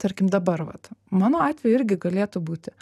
tarkim dabar vat mano atveju irgi galėtų būti